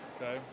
Okay